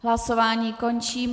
Hlasování končím.